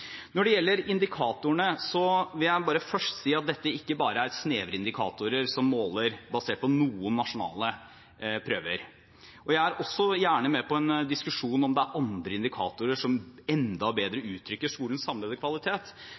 Når det gjelder indikatorene, vil jeg først si at dette ikke bare er snevre indikatorer som måler basert på noen nasjonale prøver. Jeg er gjerne også med på en diskusjon om det er andre indikatorer som enda bedre uttrykker skolens samlede kvalitet,